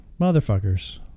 motherfuckers